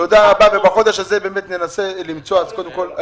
בחודש הזה באמת ננסה למצוא פתרון.